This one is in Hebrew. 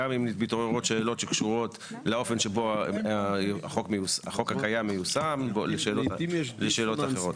גם אם מתעוררות שאלות שקשורות לאופן שבו החוק הקיים מיושם ושאלות אחרות.